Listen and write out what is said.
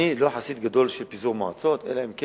אני לא חסיד גדול של פיזור מועצות, אלא אם כן